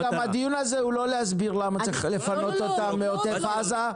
הדיון הזה הוא לא להסביר למה צריך לפנות אותם מעוטף עזה.